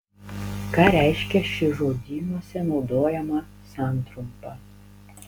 ką reiškia ši žodynuose naudojama santrumpa